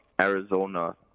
Arizona